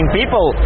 people